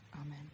Amen